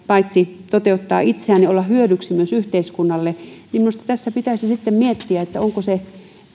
paitsi toteuttaa itseään myös olla hyödyksi yhteiskunnalle niin minusta tässä pitäisi miettiä mikä on se